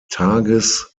tages